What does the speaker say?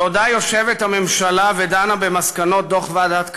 בעוד הממשלה יושבת ודנה במסקנות דוח ועדת כהן,